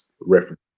reference